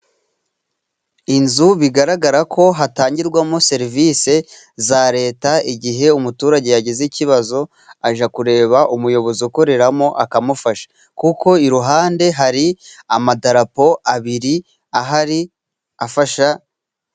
Inzu bigaragara ko hatangirwamo serivisi za Leta. Igihe umuturage yagize ikibazo ajya kureba umuyobozi ukoreramo akamufasha, kuko iruhande hari amadarapo abiri ahari afasha...